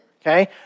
Okay